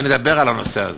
ונדבר על הנושא הזה.